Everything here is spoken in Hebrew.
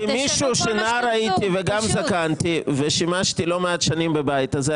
נער הייתי וגם זקנתי ושימשתי לא מעט שנים בבית הזה,